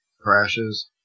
crashes